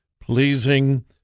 pleasing